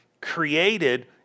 created